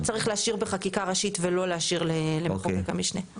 צריך להשאיר בחקיקה ראשית ולא להשאיר למחוקק המשנה.